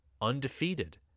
undefeated